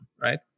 right